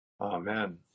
Amen